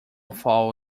fall